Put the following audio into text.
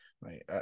right